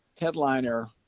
headliner